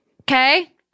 okay